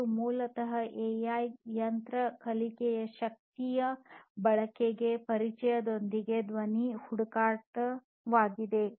ಇದು ಮೂಲತಃ ಎಐ ಯಂತ್ರ ಕಲಿಕೆಯ ಶಕ್ತಿಯ ಬಳಕೆಯ ಪರಿಚಯದೊಂದಿಗೆ ಧ್ವನಿ ಹುಡುಕಾಟವಾಗಿದೆ